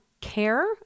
care